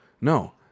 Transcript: No